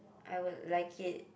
I would like it